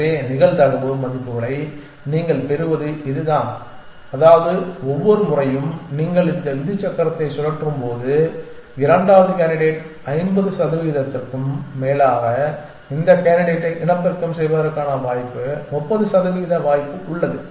எனவே நிகழ்தகவு மதிப்புகளை நீங்கள் பெறுவது இதுதான் அதாவது ஒவ்வொரு முறையும் நீங்கள் இந்த விதி சக்கரத்தை சுழற்றும்போது இரண்டாவது கேண்டிடேட் 50 சதவிகிதத்திற்கும் மேலாக இந்த கேண்டிடேட்டை இனப்பெருக்கம் செய்வதற்கான வாய்ப்பு 30 சதவிகித வாய்ப்பு உள்ளது